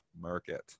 market